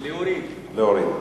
להוריד.